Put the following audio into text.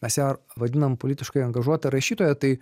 mes ją vadinam politiškai angažuota rašytoja tai